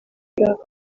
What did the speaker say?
clarke